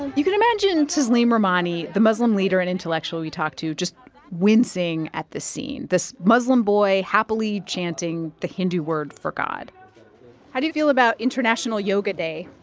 and you can imagine tasleem rehmani, the muslim leader and intellectual we talked to, just wincing at this scene this muslim boy happily chanting the hindu word for god how do you feel about international yoga day?